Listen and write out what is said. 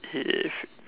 yes